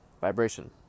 vibration